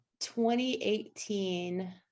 2018